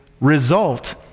result